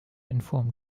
inform